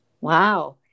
Wow